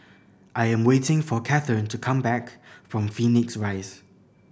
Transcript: I am waiting for Cathern to come back from Phoenix Rise